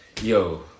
yo